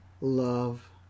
love